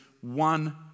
one